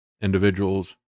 individuals